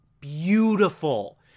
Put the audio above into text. beautiful